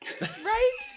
right